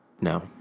No